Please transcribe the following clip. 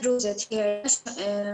הדרוזית היא עדה